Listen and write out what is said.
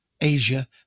asia